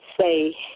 say